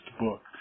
book